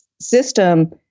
system